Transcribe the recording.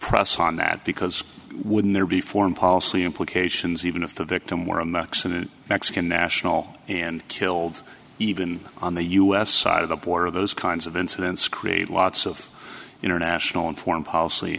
press on that because wouldn't there be foreign policy implications even if the victim were a mexican mexican national and killed even on the u s side of the border those kinds of incidents create lots of international and foreign policy